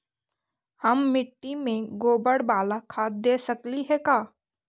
हम मिट्टी में गोबर बाला खाद दे सकली हे का?